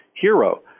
hero